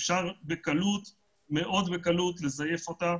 אפשר מאוד בקלות לזייף אותה.